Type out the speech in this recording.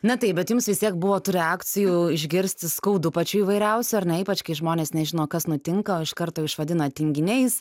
na taip bet jums vis tiek buvo tų reakcijų išgirsti skaudu pačių įvairiausių ar ne ypač kai žmonės nežino kas nutinka o iš karto išvadina tinginiais